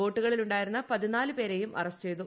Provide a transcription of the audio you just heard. ബോട്ടുകളിലുണ്ടായിരുന്ന പതിനാല് പേരെയും അറസ്റ്റ് ചെയ്തു